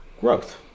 growth